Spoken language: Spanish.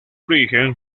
origen